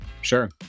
Sure